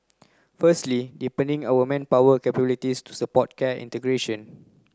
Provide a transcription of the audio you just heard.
firstly deepening our manpower capabilities to support care integration